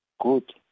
good